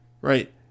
right